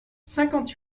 cinquante